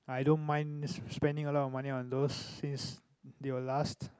I don't mind spend spending a lot of money on those since they will last